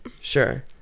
Sure